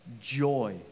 Joy